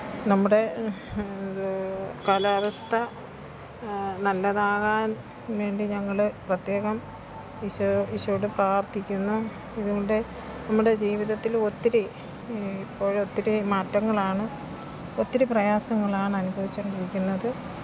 നമ്മുടെ ഇത് കലാവസ്ഥ നല്ലതാകാന് വേണ്ടി ഞങ്ങൾ പ്രത്യേകം ഇശയൊ ഈശയോട് പ്രാര്ത്ഥിക്കുന്നു ഇതിന്റെ നമ്മുടെ ജീവിതത്തിൽ ഒത്തിരി ഇപ്പോൾ ഒത്തിരി മാറ്റങ്ങളാണ് ഒത്തിരി പ്രയാസങ്ങളാണനുഭവിച്ചു കൊണ്ടിരിക്കുന്നത്